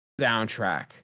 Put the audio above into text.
soundtrack